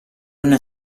una